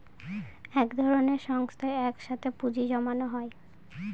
এক ধরনের সংস্থায় এক সাথে পুঁজি জমানো হয়